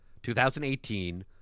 2018